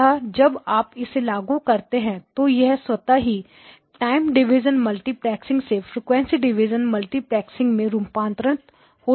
अतः जब आप इसे लागू करेंगे तो यह स्वतः ही टाइम डिवीज़न मल्टीप्लेक्सिं से फ्रीक्वेंसी डिवीज़न मल्टीप्लेक्सिं में रूपांतरित हो जाएगी